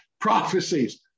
prophecies